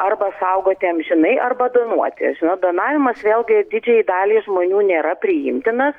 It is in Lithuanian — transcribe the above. arba saugoti amžinai arba donuoti donavimas vėlgi didžiajai daliai žmonių nėra priimtinas